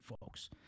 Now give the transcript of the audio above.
folks